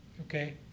okay